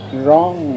wrong